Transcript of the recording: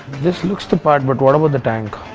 this looks the part but what about the tank?